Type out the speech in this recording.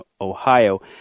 Ohio